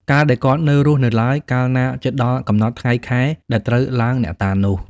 កាលដែលគាត់នៅរស់នៅឡើយកាលណាជិតដល់ កំណត់ថ្ងៃ ខែ ដែលត្រូវឡើងអ្នកតានោះ។